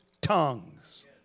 tongues